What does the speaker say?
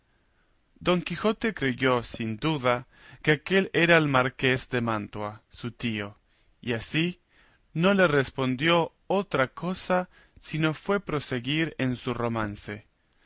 don quijote creyó sin duda que aquél era el marqués de mantua su tío y así no le respondió otra cosa si no fue proseguir en su romance